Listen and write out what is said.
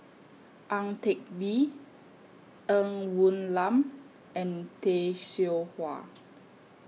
Ang Teck Bee Ng Woon Lam and Tay Seow Huah